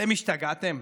אתם השתגעתם?